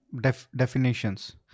definitions